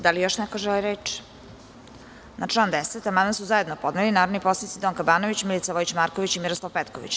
Da li još neko želi reč? (Ne.) Na član 10. amandman su zajedno podneli narodni poslanici Donka Banović, Milica Vojić Marković i Miroslav Petković.